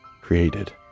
created